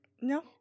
No